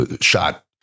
shot